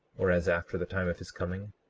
or as after the time of his coming?